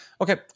Okay